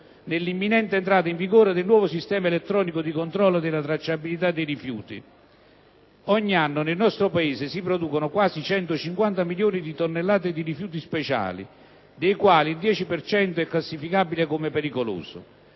nell'imminente entrata in vigore del nuovo sistema elettronico di controllo della tracciabilità dei rifiuti (SISTRI). Ogni anno nel nostro Paese si producono quasi 150 milioni di tonnellate di rifiuti speciali, dei quali il 10 per cento è classificabile come pericoloso.